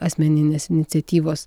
asmeninės iniciatyvos